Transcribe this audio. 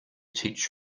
teach